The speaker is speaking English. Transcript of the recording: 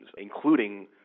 including